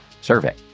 survey